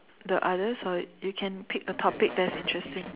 the others or you can pick a topic that is interesting